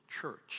church